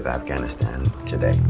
of afghanistan today